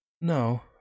No